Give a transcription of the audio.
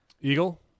Eagle